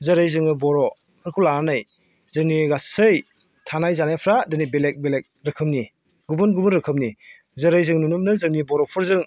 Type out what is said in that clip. जेरै जोङो बर'फोरखौ लानानै जोंनि गासै थानाय जानायफोरा दिनै बेलेग बेलेग रोखोमनि गुबुन गुबुन रोखोमनि जेरै जों नुनो मोनो जोंनि बर'फोरजों